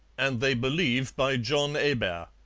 and they believe by john hebert.